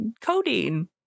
codeine